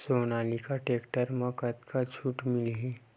Sonalika tractor म कतका छूट मिलही?